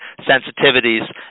sensitivities